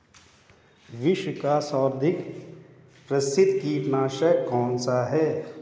विश्व का सर्वाधिक प्रसिद्ध कीटनाशक कौन सा है?